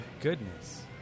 goodness